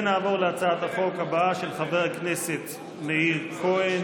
נעבור להצעת החוק הבאה, של חבר הכנסת מאיר כהן.